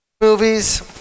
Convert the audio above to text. movies